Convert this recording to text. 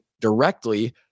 directly